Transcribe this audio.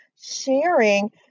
sharing